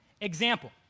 Example